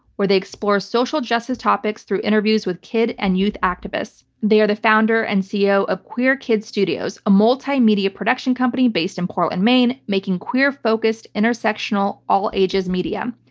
where they explore social justice topics through interviews with kid and youth activists. they are the founder and ceo of ah queer kids studios, a multimedia production company based in portland, maine, making queer-focused, intersectional, all ages media.